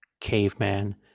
caveman